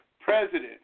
president